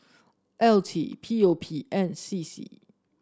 L T P O P and C C